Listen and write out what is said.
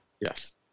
Yes